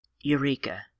Eureka